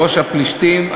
בראש הפלישתים,